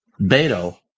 Beto